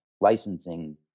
licensing